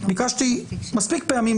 ביקשתי מספיק פעמים,